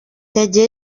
yagiye